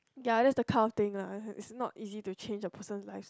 ya that's the kind of the thing lah is not easy to change a person life